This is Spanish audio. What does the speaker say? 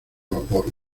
vapor